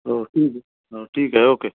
हो ठीक आहे हो ठीक आहे ओके